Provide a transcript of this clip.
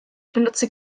benutze